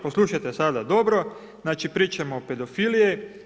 Poslušajte sada dobro, znači pričamo o pedofiliji.